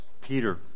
Peter